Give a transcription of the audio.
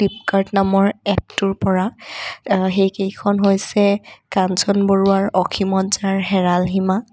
Flipkart নামৰ এপটোৰপৰা সেইকেইখন হৈছে কাঞ্চন বৰুৱাৰ অসীমত যাৰ হেৰাল সীমা